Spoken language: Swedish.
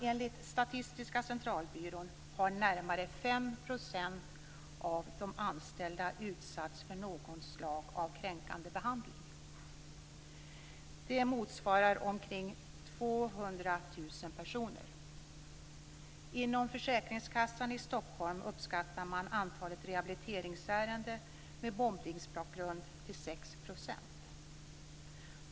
Enligt Statistiska centralbyrån har närmare 5 % av de anställda utsatts för något slag av kränkande behandling. Det motsvarar omkring 200 000 personer. Inom Stockholms försäkringskassa uppskattar man andelen rehabiliteringsärenden med mobbningsbakgrund till 6 %.